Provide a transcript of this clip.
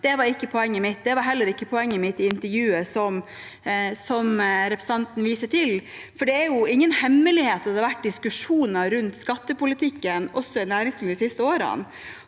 det var heller ikke poenget mitt i intervjuet som representanten viser til. Det er ingen hemmelighet at det har vært diskusjoner rundt skattepolitikken også i næringslivet de siste årene.